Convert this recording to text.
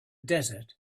desert